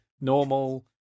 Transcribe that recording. normal